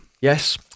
Yes